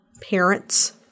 parents